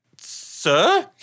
Sir